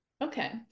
Okay